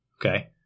Okay